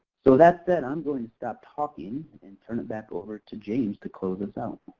so that said, i'm going to stop talking and turn it back over to james to close us out.